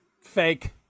Fake